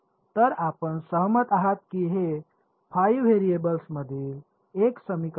तर आपण सहमत आहात की हे 5 व्हेरिएबल्समधील एक समीकरण आहे